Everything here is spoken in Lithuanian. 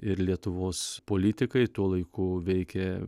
ir lietuvos politikai tuo laiku veikė